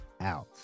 out